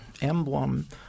emblem